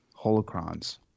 holocrons